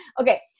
okay